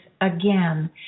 again